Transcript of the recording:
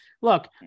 look